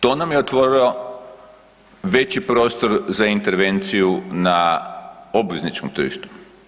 To nam je otvorilo veći prostor za intervenciju na obvezničkom tržištu.